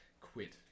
quit